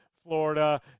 Florida